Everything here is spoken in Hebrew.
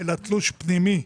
אלא תלוש פנימי,